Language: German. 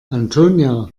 antonia